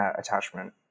attachment